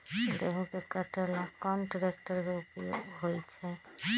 गेंहू के कटे ला कोंन ट्रेक्टर के उपयोग होइ छई?